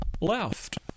left